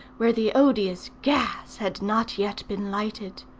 where the odious gas had not yet been lighted.